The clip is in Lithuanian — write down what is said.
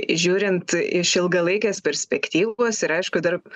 žiūrint iš ilgalaikės perspektyvos ir aišku dar